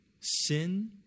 Sin